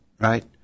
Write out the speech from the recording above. right